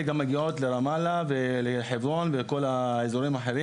גם מגיעות לרמאללה ולחברון ולכל האזורים האחרים,